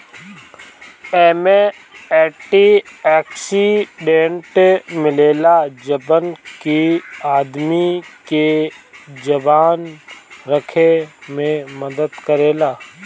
एमे antioxidant मिलेला जवन की आदमी के जवान रखे में मदद करेला